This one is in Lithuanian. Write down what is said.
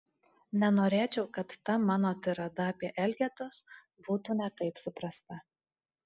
nenorėčiau kad ta mano tirada apie elgetas būtų ne taip suprasta